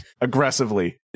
aggressively